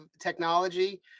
technology